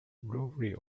lowery